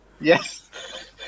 Yes